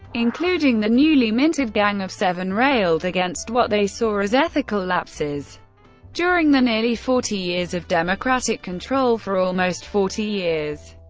including the newly minted gang of seven, railed against what they saw as ethical lapses during the nearly forty years of democratic control for almost forty years.